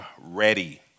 Ready